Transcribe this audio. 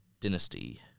dynasty